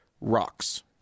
rocks